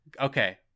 Okay